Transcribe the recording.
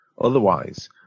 otherwise